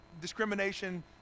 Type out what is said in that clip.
discrimination